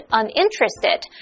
uninterested